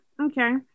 okay